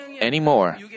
anymore